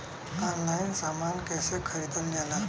Online समान कैसे खरीदल जाला?